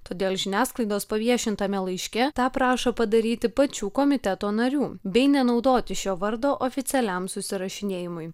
todėl žiniasklaidos paviešintame laiške tą prašo padaryti pačių komiteto narių bei nenaudoti šio vardo oficialiam susirašinėjimui